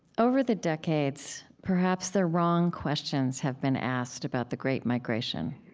over the decades, perhaps the wrong questions have been asked about the great migration.